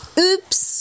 Oops